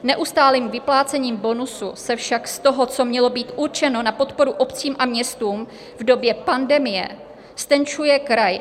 Neustálým vyplácením bonusu se však z toho, co mělo být určeno na podporu obcím a městům v době pandemie, ztenčuje kraj.